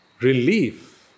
relief